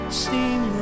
seem